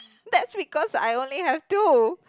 that's because I only have two